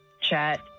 chat